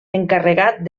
encarregat